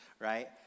right